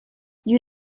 you